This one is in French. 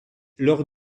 lors